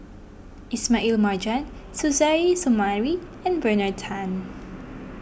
Ismail Marjan Suzairhe Sumari and Bernard Tan